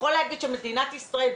יכול להגיד שמדינת ישראל,